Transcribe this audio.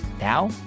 Now